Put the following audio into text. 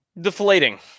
Deflating